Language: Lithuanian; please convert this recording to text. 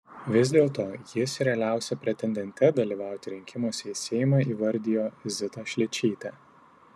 vis dėlto jis realiausia pretendente dalyvauti rinkimuose į seimą įvardijo zitą šličytę